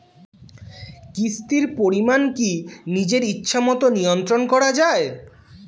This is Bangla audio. কিস্তির পরিমাণ কি নিজের ইচ্ছামত নিয়ন্ত্রণ করা যায়?